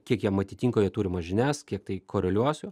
kiek jam atitinka jo turimas žinias kiek tai koreliuoja su juo